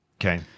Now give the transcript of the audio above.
Okay